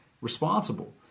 responsible